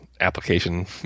application